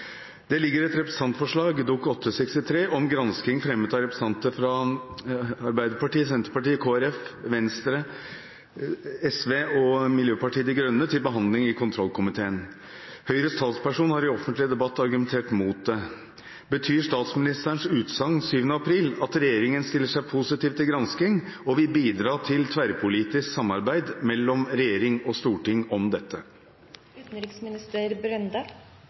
i gang en gransking. Det ligger et representantforslag, jf. Dokument 8:63 S , om gransking, fremmet av representanter fra A, KrF, Sp, V, SV og MDG, til behandling i kontroll- og konstitusjonskomiteen. Høyres talsperson har i offentlig debatt argumentert imot det. Betyr statsministerens utsagn 7. april at regjeringen stiller seg positiv til gransking og vil bidra til tverrpolitisk samarbeid mellom regjering og storting om